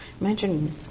Imagine